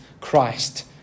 Christ